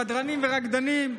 בדרנים ורקדנים,